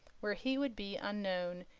where he would be unknown,